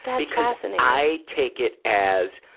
because and i take it as,